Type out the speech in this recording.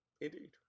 Indeed